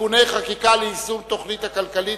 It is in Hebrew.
(תיקוני חקיקה ליישום התוכנית הכלכלית